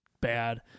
bad